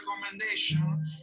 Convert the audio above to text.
recommendation